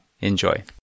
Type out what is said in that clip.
Enjoy